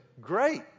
great